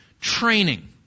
training